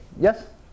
yes